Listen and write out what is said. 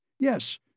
Yes